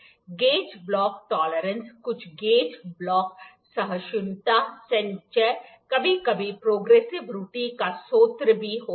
gauge block tolerance कुछ gauge block सहिष्णुता संचय कभी कभी प्रोग्रेसिव त्रुटि का स्रोत भी होता है